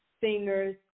singers